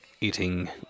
eating